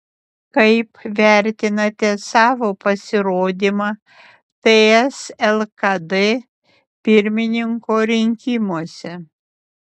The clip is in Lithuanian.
kaip vertinate savo pasirodymą ts lkd pirmininko rinkimuose